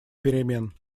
перемен